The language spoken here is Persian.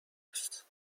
گرفت